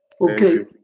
Okay